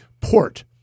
Port